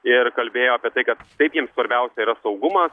ir kalbėjo apie tai kad taip jiems svarbiausia yra saugumas